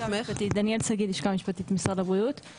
הלשכה המשפטית, משרד הבריאות.